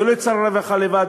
ולא את שר הרווחה לבדו,